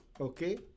Okay